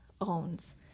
owns